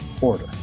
order